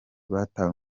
batawe